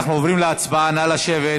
אנחנו עוברים להצבעה, נא לשבת,